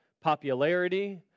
popularity